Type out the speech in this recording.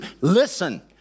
Listen